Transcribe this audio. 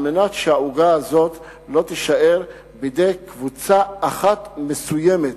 כדי שהעוגה הזאת לא תישאר בידי קבוצה אחת מסוימת,